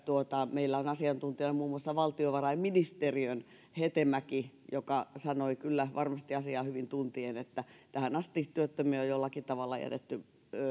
meillä on asiantuntijoita esimerkiksi muun muassa valtiovarainministeriön hetemäki joka sanoi kyllä varmasti asiaa hyvin tuntien että tähän asti työttömiä on jollakin tavalla jätetty